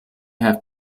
have